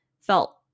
felt